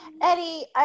Eddie